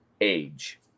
age